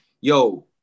yo